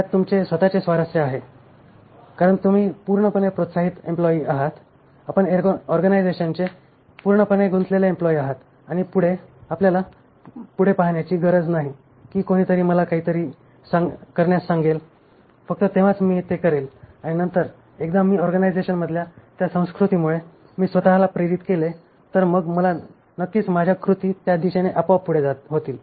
त्यात तुमचे स्वतःचे स्वारस्य आहे कारण तुम्ही पूर्णपणे प्रोत्साहित एम्प्लॉयी आहात आपण ऑर्गनायझेशनचे पूर्णपणे गुंतलेले एम्प्लॉयी आहात आणि आपल्याला गरज नाही की कोणीतरी मला काहीतरी करण्यास सांगेल फक्त तेव्हाच मी ते करीन आणि नंतर एकदा मी ऑर्गनायझेशनमधल्या त्या संस्कृतीमुळे मी स्वत ला प्रेरित केले तर मग नक्कीच माझ्या कृती त्या दिशेने आपोआप पुढे होतील